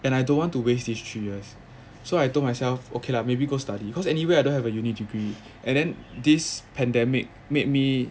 and I don't want to waste this three years so I told myself okay lah maybe go study cause anyway I don't have a uni degree and then this pandemic made me